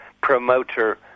promoter